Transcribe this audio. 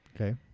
Okay